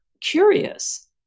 curious